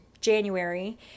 January